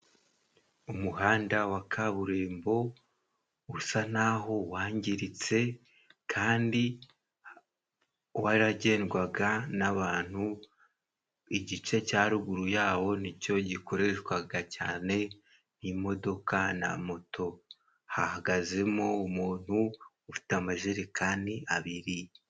Umuhanda wa kaburimbo usa naho wangiritse, kandi waragendwaga n'abantu, igice cya ruguru ya wo ni cyo gikoreshwaga cyane n'imodoka na moto. Hahagazemo umuntu ufite amajerekani abiri.